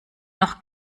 noch